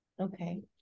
Okay